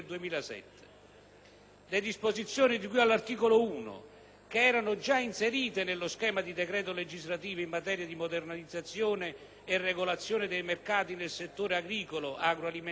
Le disposizioni di cui all'articolo 1, che erano già inserite nello schema di decreto legislativo in materia di modernizzazione e regolazione dei mercati nel settore agricolo, agroalimentare e della pesca,